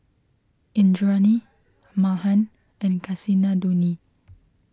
Indranee Mahan and Kasinadhuni